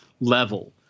level